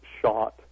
shot